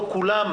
לא כולם,